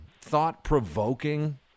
thought-provoking